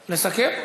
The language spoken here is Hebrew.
לסכם.